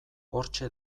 hortxe